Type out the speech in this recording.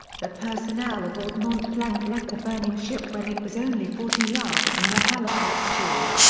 the personnel aboard mont-blanc left the burning ship when it was only forty yards from the halifax shore.